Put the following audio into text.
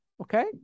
Okay